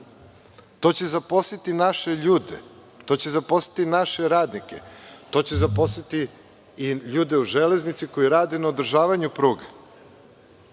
To će zaposliti naše ljude. To će zaposliti naše radnike. To će zaposliti i ljude u železnici koji rade na održavanju pruga.